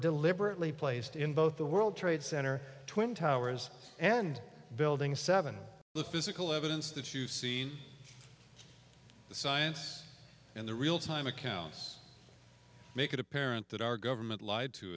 deliberately placed in both the world trade center twin towers and building seven the physical evidence that you've seen the science and the real time accounts make it apparent that our government lied to